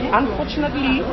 unfortunately